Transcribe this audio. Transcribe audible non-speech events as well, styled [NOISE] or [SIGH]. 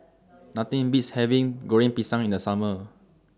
[NOISE] Nothing Beats having Goreng Pisang in The Summer